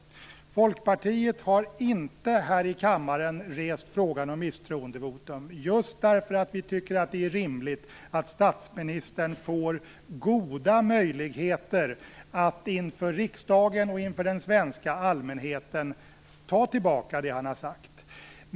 Vi i Folkpartiet har inte här i kammaren rest frågan om misstroendevotum, just därför att vi tycker att det är rimligt att statsministern får goda möjligheter att inför riksdagen och den svenska allmänheten ta tillbaka det han har sagt.